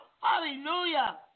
hallelujah